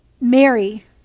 Mary